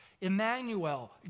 Emmanuel